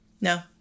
No